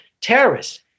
terrorists